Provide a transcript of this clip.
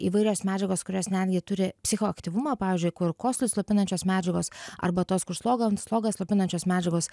įvairios medžiagos kurios netgi turi psichoaktyvumą pavyzdžiui kur kosulį slopinančios medžiagos arba tos kur slogą slogą slopinančios medžiagos